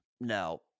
no